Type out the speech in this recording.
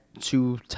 two